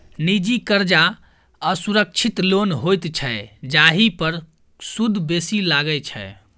निजी करजा असुरक्षित लोन होइत छै जाहि पर सुद बेसी लगै छै